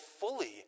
fully